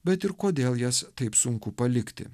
bet ir kodėl jas taip sunku palikti